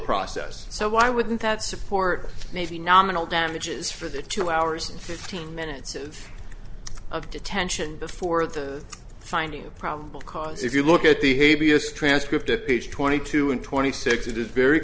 process so why wouldn't that support maybe nominal damages for the two hours and fifteen minutes of detention before the finding of probable cause if you look at the hey b s transcript at page twenty two and twenty six it is very